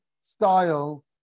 style